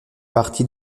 partie